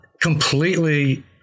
completely